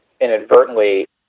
inadvertently